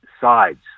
sides